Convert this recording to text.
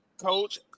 coach